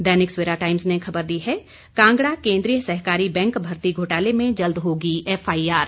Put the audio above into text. दैनिक Savera times ने खबर दी है कांगड़ा केंद्रीय सहकारी बैंक भर्ती घोटाले में जल्द होगी एफआईआर